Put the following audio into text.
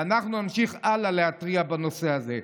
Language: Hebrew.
ואנחנו נמשיך הלאה להתריע בנושא הזה.